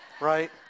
right